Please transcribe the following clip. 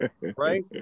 right